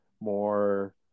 more